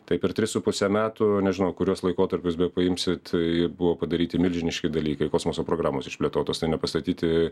tai per tris su puse metų nežinau kuriuos laikotarpius be paimsit tai buvo padaryti milžiniški dalykai kosmoso programos išplėtotos tai nepastatyti